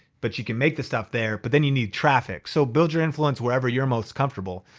but you can make the stuff there, but then you need traffic. so build your influence wherever you're most comfortable.